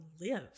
live